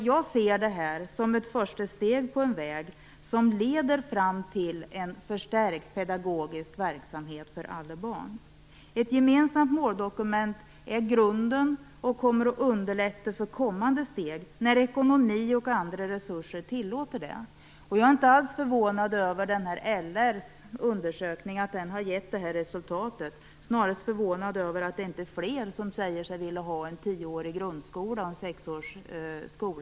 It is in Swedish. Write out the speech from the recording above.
Jag ser detta som ett första steg på en väg som leder fram till en förstärkt pedagogisk verksamhet för alla barn. Ett gemensamt måldokument är grunden för och kommer att underlätta för kommande steg när ekonomi och andra resurser tillåter det. Jag är inte alls förvånad över LR:s undersökning har gett det resultatet. Jag är snarast förvånad över att det inte är fler som säger sig vilja ha en tioårig grundskola och skolstart vid sex års ålder.